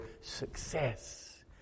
success